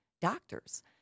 doctors